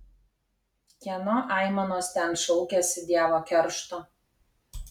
kieno aimanos ten šaukiasi dievo keršto